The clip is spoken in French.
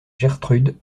gertrude